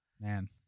Man